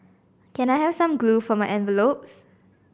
can I have some glue for my envelopes